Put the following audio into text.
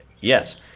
Yes